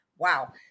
Wow